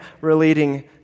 relating